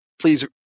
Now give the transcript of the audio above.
please